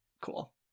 Cool